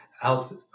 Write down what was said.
Health